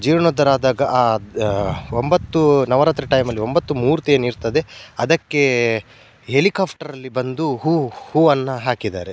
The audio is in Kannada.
ಜೀರ್ಣೋದ್ಧಾರ ಆದಾಗ ಆ ಒಂಬತ್ತು ನವರಾತ್ರಿ ಟೈಮಲ್ಲಿ ಒಂಬತ್ತು ಮೂರ್ತಿ ಏನಿರ್ತದೆ ಅದಕ್ಕೆ ಹೆಲಿಕಾಫ್ಟ್ರಲ್ಲಿ ಬಂದು ಹೂ ಹೂವನ್ನು ಹಾಕಿದ್ದಾರೆ